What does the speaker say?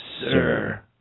Sir